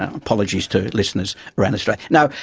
apologies to listeners around australia. no,